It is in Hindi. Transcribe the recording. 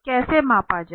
कैसे मापा जाए